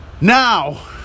now